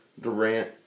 Durant